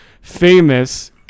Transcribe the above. famous